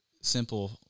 simple